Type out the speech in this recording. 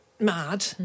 Mad